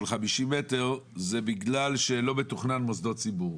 50 מטר זה בגלל שלא מתוכנן מוסדות ציבור.